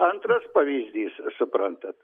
antras pavyzdys suprantat